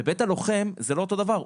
בבית הלוחם זה לא אותו דבר,